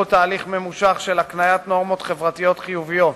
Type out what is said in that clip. תהליך ממושך של הקניית נורמות חברתיות חיוביות,